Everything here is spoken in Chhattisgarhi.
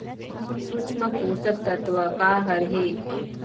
सूक्ष्म पोषक तत्व का हर हे?